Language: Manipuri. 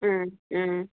ꯎꯝ ꯎꯝ